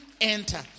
enter